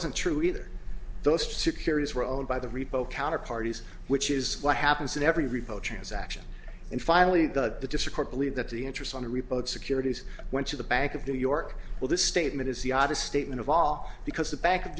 wasn't true either those securities were owned by the repo counter parties which is what happens in every reproach transaction and finally the dischord believe that the interest on the repo securities went to the bank of new york this statement is the oddest statement of all because the back of